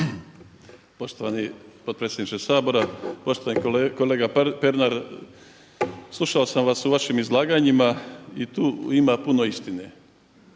Poštovani potpredsjedniče Sabora, poštovani kolega Pernar slušao sam vas u vašim izlaganjima i tu ima puno istine.